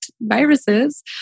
viruses